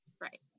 right